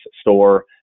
store